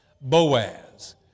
Boaz